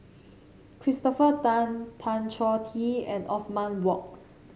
Christopher Tan Tan Choh Tee and Othman Wok